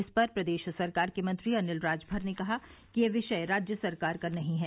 इस पर प्रदेश सरकार के मंत्री अनिल राजभर ने कहा कि यह विषय राज्य सरकार का नहीं है